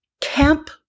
Camp